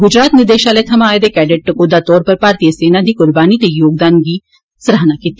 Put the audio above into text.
गुजरात निदेशालय थमां आए दे कैडटें टकोह्दे तौरा पर भारतीय सेना दी कुर्बानी ते योगदान गी सराहना कीती